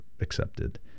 accepted